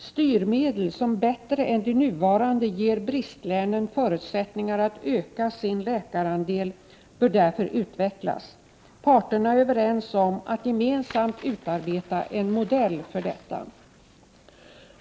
Styrmedel som bättre än de nuvarande ger bristlänen förutsättningar att öka sin läkarandel bör därför utvecklas. Parterna är överens om att gemensamt utarbeta en modell för detta.